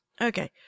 Okay